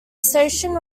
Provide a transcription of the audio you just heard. station